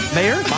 Mayor